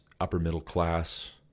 upper-middle-class